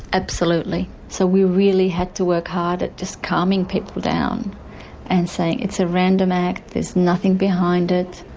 absolutely, so we really had to work hard at just calming people down and saying it's a random act, there's nothing behind it.